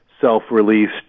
self-released